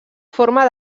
forma